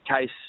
case